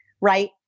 Right